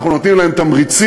אנחנו נותנים להם תמריצים,